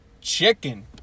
chicken